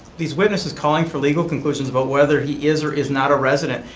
these witnesses calling for legal conclusions about whether he is or is not a resident,